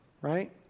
right